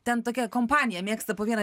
ten tokia kompanija mėgsta po vieną